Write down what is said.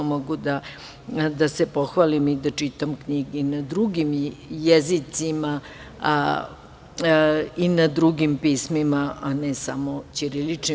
Mogu da se pohvalim i da čitam knjige i na drugim jezicima i na drugim pismima, a ne samo ćiriličnim.